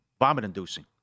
vomit-inducing